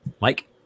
Mike